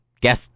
guess